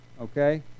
okay